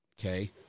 okay